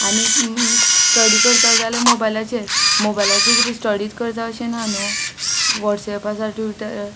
आनी स स्टडी करता जाल्या मोबायलाचेर मोबायलाचेर कितें स्टडीच करता अशें ना न्हू वॉट्सॅप आसा ट्विटर